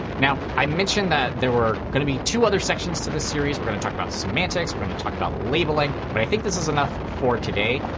now, i mentioned that there were going to be two other sections to this series. we're going to talk about semantics, we're going to talk about labeling. but i think this is enough for today.